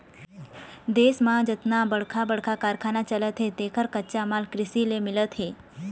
देश म जतका बड़का बड़का कारखाना चलत हे तेखर कच्चा माल कृषि ले मिलत हे